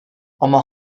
ama